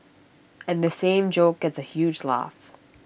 and the same joke gets A huge laugh